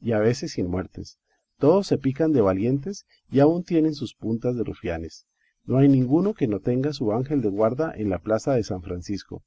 y a veces sin muertes todos se pican de valientes y aun tienen sus puntas de rufianes no hay ninguno que no tenga su ángel de guarda en la plaza de san francisco